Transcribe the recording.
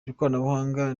ikoranabuhanga